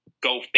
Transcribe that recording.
go